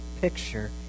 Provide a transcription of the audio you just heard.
picture